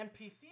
NPC